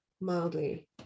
mildly